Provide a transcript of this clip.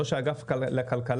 ראש האגף לכלכלה,